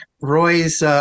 Roy's